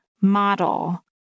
model